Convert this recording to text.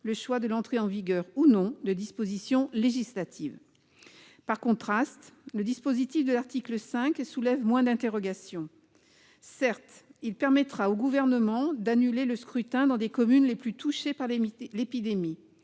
le choix de l'entrée en vigueur ou non de dispositions législatives. Par contraste, le dispositif de l'article 5 soulève moins d'interrogations. Certes, il permettra au Gouvernement d'annuler le scrutin dans les communes les plus touchées par l'épidémie.